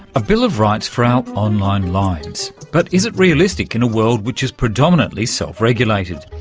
a bill of rights for our online lives, but is it realistic in a world which is predominantly self-regulated?